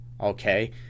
okay